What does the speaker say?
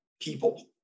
people